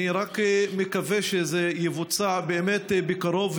אני רק מקווה שזה יבוצע באמת בקרוב,